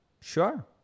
Sure